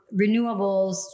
renewables